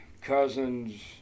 cousin's